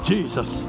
Jesus